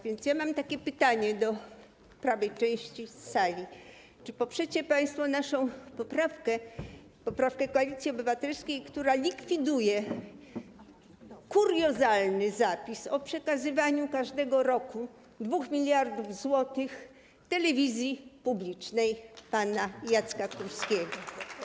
Więc mam pytanie do prawej części sali: Czy poprzecie państwo naszą poprawkę, poprawkę Koalicji Obywatelskiej, która likwiduje kuriozalny zapis o przekazywaniu każdego roku 2 mld zł telewizji publicznej pana Jacka Kurskiego?